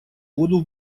воду